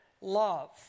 love